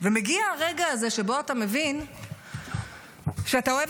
ומגיע הרגע הזה שבו אתה מבין שאתה אוהב